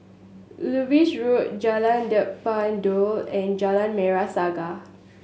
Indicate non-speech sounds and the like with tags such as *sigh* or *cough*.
Lewis Road Jalan *unintelligible* Daun and Jalan Merah Saga